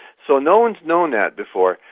so no one has known that before.